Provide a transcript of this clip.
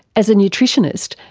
as a nutritionist,